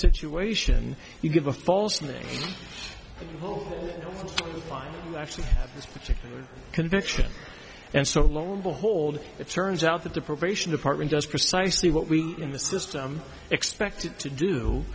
situation you give a false name will find actually this particular conviction and so low and behold it turns out that the probation department does precisely what we in the system expected to do